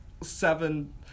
seven